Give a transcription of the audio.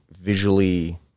visually